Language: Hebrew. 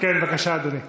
בבקשה, אדוני.